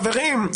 חברים,